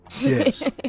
Yes